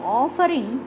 offering